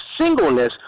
singleness